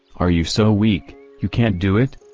are you so weak, you can't do it?